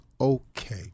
Okay